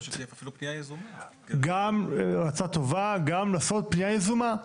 גם לעשות פנייה יזומה,